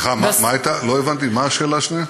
סליחה, מה הייתה, לא הבנתי, מה השאלה השנייה?